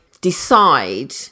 decide